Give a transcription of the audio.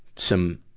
some,